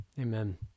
Amen